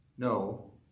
No